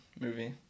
movie